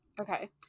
Okay